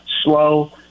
slow